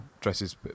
dresses